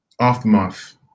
aftermath